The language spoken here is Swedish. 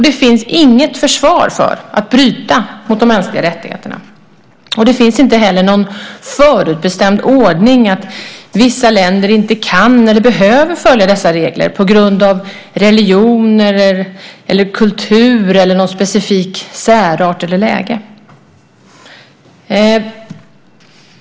Det finns inget försvar för att bryta mot de mänskliga rättigheterna. Det finns inte heller någon förutbestämd ordning att vissa länder inte kan eller behöver följa dessa regler på grund av religion, kultur, specifik särart eller läge.